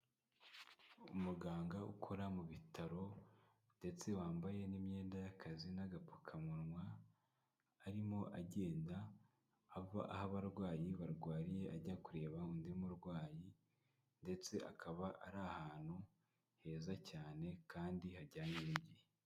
Umuganga ukora mu bitaro ndetse wambaye n'imyenda y'akazi n'agapfukamunwa, harimo agenda ava aho abarwayi barwariye, ajya kureba undi murwayi ndetse akaba ari ahantu heza cyane kandi hajyanye n'igihe.